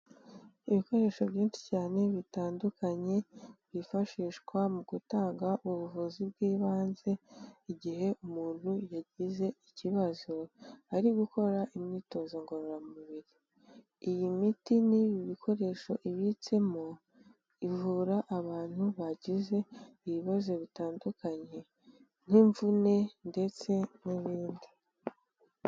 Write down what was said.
Ibikoresho byinshi cyane bitandukanye byifashishwa mu gutanga ubuvuzi bw'ibanze igihe umuntu yagize ikibazo ari gukora imyitozo ngororamubiri, iyi miti n'ibi bikoresho ibitsemo ivura abantu bagize ibibazo bitandukanye, nk'imvune ndetse n'ibindi.